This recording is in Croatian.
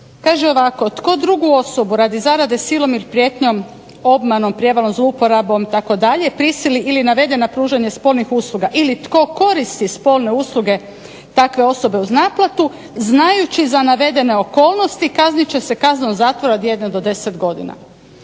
kaže ovako: "Tko drugu osobu radi zarade silom ili prijetnjom, obmanom, prijevarom, zlouporabom itd. prisili ili navede na pružanje spolnih usluga ili tko koristi spolne usluge takve osobe uz naplatu znajući za navedene okolnosti kaznit će se kaznom zatvora od jedne do deset godina."